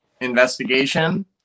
investigation